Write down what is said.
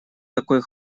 такой